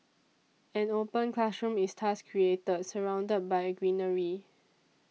an open classroom is thus created surrounded by greenery